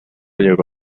llegó